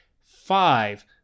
five